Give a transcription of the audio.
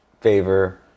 favor